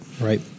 right